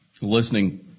listening